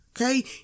okay